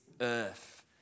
earth